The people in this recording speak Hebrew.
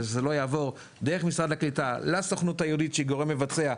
ושזה לא יעבור דרך משרד הקליטה לסוכנות היהודית שהיא גורם מבצע,